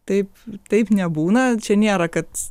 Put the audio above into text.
taip taip nebūna čia nėra kad